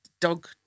dog